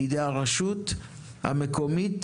בידי הרשות המקומית,